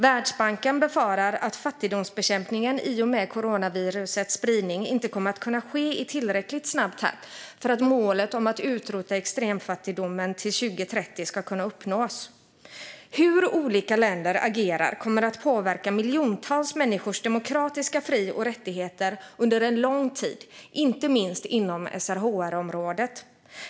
Världsbanken befarar att fattigdomsbekämpningen i och med coronavirusets spridning inte kommer att kunna ske i tillräckligt snabb takt för att målet om att utrota extremfattigdomen till 2030 ska kunna uppnås. Hur olika länder agerar kommer att påverka miljontals människors demokratiska fri och rättigheter under lång tid, inte minst inom SRHR-området.